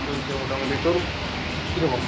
চলছে মোটামুটি তোর কিরকম